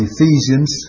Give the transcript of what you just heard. Ephesians